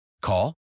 Call